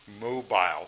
mobile